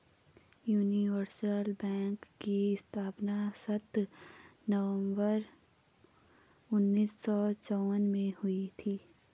universal bank की स्थापना सत्रह नवंबर उन्नीस सौ चौवन में हुई थी